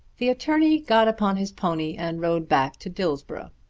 the attorney got upon his pony and rode back to dillsborough.